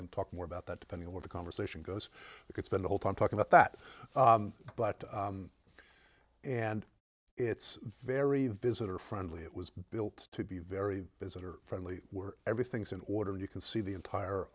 can talk more about that depending on where the conversation goes we could spend the whole time talking about that but and it's very visitor friendly it was built to be very visitor friendly we're everything's in order and you can see the entire